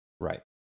right